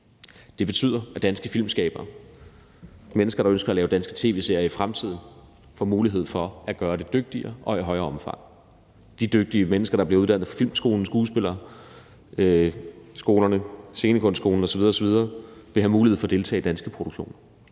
Det betyder, at danske filmskabere og mennesker, der ønsker at lave danske tv-serier, i fremtiden får mulighed for at gøre det dygtigere og i større omfang. De dygtige mennesker, der bliver uddannet fra Filmskolen, skuespilskolerne, Scenekunstskolen osv. osv., vil have mulighed for at deltage i danske produktioner.